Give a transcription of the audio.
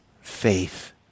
faith